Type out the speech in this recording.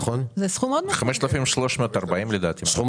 לדעתי זה 5,340 שקלים.